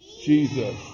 Jesus